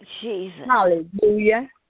Hallelujah